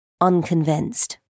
unconvinced